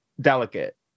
delicate